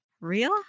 Real